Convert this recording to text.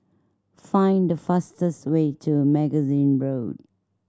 find the fastest way to Magazine Road